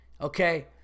okay